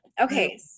Okay